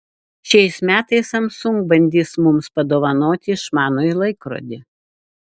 šiais metais samsung bandys mums padovanoti išmanųjį laikrodį